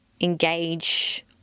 engage